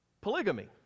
polygamy